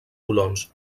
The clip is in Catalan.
colons